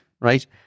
right